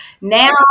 Now